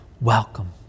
welcome